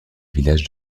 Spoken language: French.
villages